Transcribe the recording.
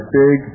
big